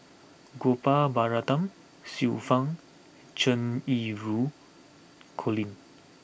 Gopal Baratham Xiu Fang Cheng Yi Ru Colin